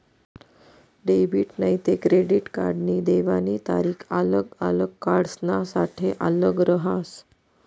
debit नैते credit कार्डनी देवानी तारीख आल्लग आल्लग कार्डसनासाठे आल्लग रहास